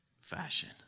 fashion